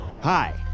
Hi